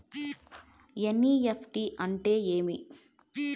NEFT అంటే ఏమి